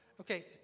Okay